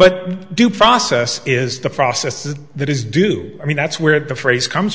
but due process is the process is that is do i mean that's where the phrase comes